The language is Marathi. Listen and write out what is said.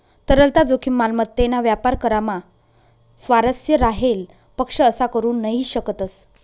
तरलता जोखीम, मालमत्तेना व्यापार करामा स्वारस्य राहेल पक्ष असा करू नही शकतस